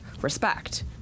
respect